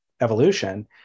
evolution